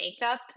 makeup